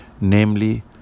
namely